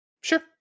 Sure